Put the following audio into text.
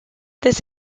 this